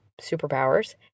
superpowers